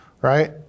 right